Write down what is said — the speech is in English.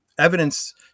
Evidence